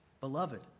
Beloved